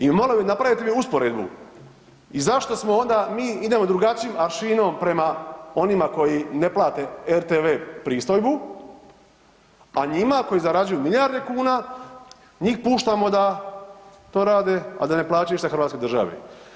I malo bi, napravite mi usporedbu i zašto smo onda mi, idemo drugačijim aršinom prema onima koji ne plate RTV pristojbu, a njima koji zarađuju milijarde kuna, njih puštamo da to rade, a da ne plaćaju išta hrvatskoj državi?